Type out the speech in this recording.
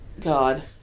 God